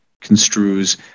construes